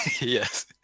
Yes